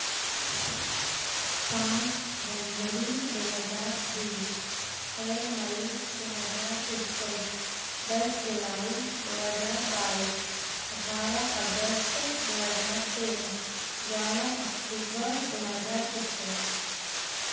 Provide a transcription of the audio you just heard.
पांच जनवरी दो हज़ार बीस छः मई दो हज़ार इक्कीस दस जुलाई दो हज़ार बाईस अठारह अगस्त दो हज़ार तेरह ग्यारह अक्टूबर दो हज़ार इक्कीस